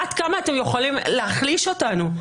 עד כמה אתם יכולים להחליש אותנו?